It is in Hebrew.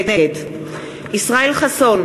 נגד ישראל חסון,